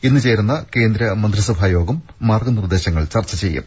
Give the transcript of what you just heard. ഇന്ന് ചേരുന്ന കേന്ദ്രമന്ത്രിസഭാ യോഗം മാർഗ്ഗനിർദേശങ്ങൾ ചർച്ച ചെയ്യും